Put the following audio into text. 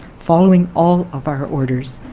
following all of our orders,